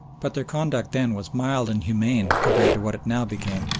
but their conduct then was mild and humane compared to what it now became.